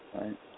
right